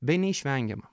bei neišvengiama